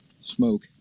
smoke